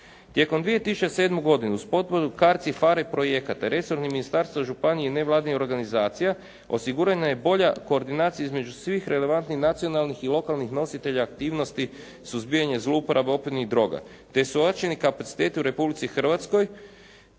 Tijekom 2007. godinu uz potporu CARD i PHARE projekata resorno ministarstvo županije i nevladinih organizacija osigurana je bolja koordinacija između svih relevantnih nacionalnih i lokalnih nositelja aktivnosti suzbijanja zlouporabe opojnih droga, te su uočeni kapaciteti u Republici Hrvatskoj,